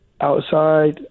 outside